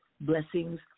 blessings